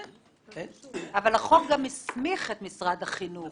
אבל החוק גם הסמיך את משרד החינוך.